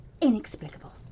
Inexplicable